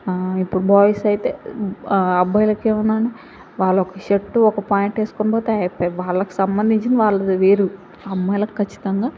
ఇప్పుడు బాయ్స్ అయితే అబ్బాయిలకి ఏమన్నానా వాళ్ళొక షర్టు ఒక ప్యాంటు వేసుకొని పోతే అయిపోయే వాళ్ళకి సంబంధించింది వాళ్ళది వేరు అమ్మాయిలకు ఖచ్చితంగా